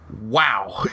wow